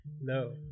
No